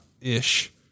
ish